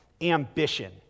ambition